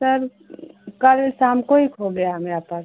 sir कल शाम को ही खो गया है मेरा पर्स